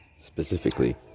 specifically